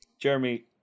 Jeremy